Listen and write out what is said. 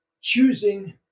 choosing